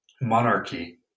monarchy